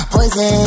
Poison